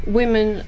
women